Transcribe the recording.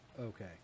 okay